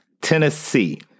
Tennessee